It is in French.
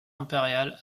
impérial